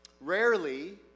rarely